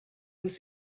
was